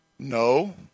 No